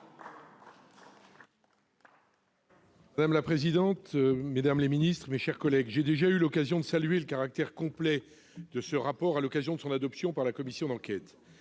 Madame la présidente, mesdames les ministres, mes chers collègues, j'ai déjà eu l'occasion de saluer le caractère complet de ce rapport à l'occasion de son adoption par la commission d'enquête.